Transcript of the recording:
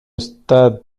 stade